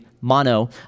mono